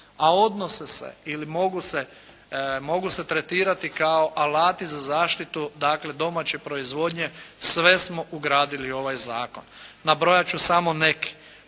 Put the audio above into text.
a odnose se ili mogu se tretirati kao alati za zaštitu, dakle domaće proizvodnje sve smo ugradili u ovaj zakon. Nabrojat ću samo neke